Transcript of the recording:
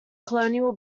colonial